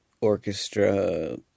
orchestra